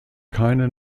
keine